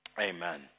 Amen